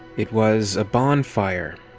it was a bonfire.